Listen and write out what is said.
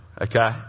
Okay